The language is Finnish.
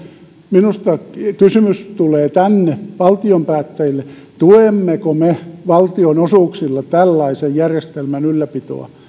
minusta kysymys tulee tänne valtion päättäjille tuemmeko me valtionosuuksilla tällaisen järjestelmän ylläpitoa